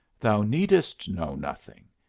thou needest know nothing.